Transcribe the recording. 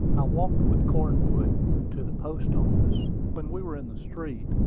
i walked with cornwood to the post-office. when we were in the street,